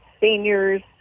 seniors